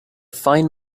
fine